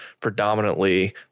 predominantly